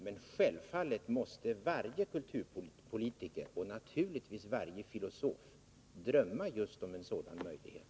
Men självfallet måste varje kulturpolitiker — och naturligtvis varje filosof — drömma just om en sådan möjlighet.